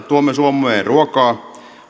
tuomme suomeen ruokaa